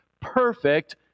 perfect